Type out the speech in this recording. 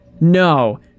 No